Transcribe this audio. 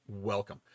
welcome